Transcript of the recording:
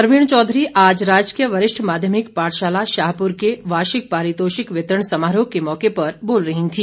सरवीण चौधरी आज राजकीय वरिष्ठ माध्यमिक पाठशाला शाहपुर के वार्षिक पारितोषिक वितरण समारोह के मौके पर बोल रही थी